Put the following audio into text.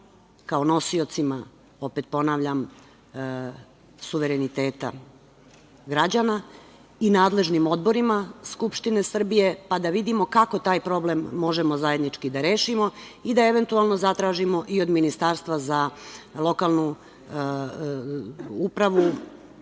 kao nosiocima, opet ponavljam, suvereniteta građana i nadležnim odborima Skupštine Srbije, pa da vidimo kako taj problem možemo zajednički da rešimo i da eventualno zatražimo i od Ministarstva za lokalnu upravu